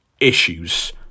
issues